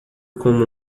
como